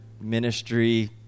ministry